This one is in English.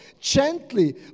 Gently